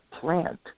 plant